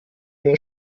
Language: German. nur